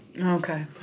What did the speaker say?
Okay